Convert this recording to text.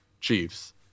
Chiefs